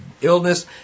illness